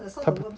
他不